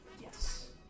Yes